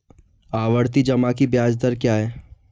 आवर्ती जमा की ब्याज दर क्या है?